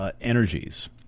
energies